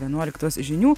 vienuoliktos žinių